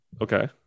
Okay